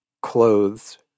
clothes